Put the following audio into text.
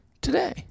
today